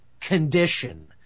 condition